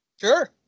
Sure